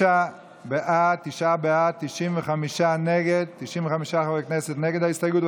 תשעה בעד, 95 חברי כנסת נגד ההסתייגות.